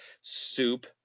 soup